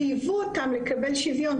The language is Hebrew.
חייבו אותם לקבל שוויון,